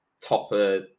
topper